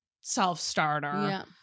self-starter